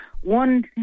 one